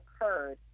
occurred